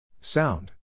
Sound